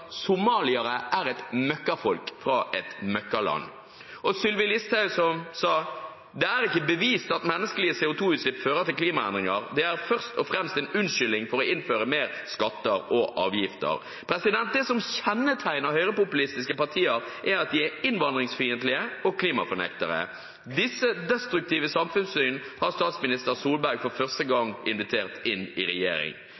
somaliere er et møkkafolk fra et møkkaland, og Sylvi Listhaug, som sa: «Det er ikke bevist at menneskelige CO2-utslipp fører til klimaendringer. Det er først og fremst en unnskyldning for å innføre mer skatter og avgifter.» Det som kjennetegner høyrepopulistiske partier, er at de er innvandringsfiendtlige og klimafornektere. Disse destruktive samfunnssyn har statsminister Solberg for første